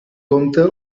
compte